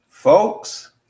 Folks